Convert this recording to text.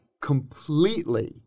completely